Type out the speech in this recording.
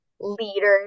leaders